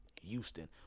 Houston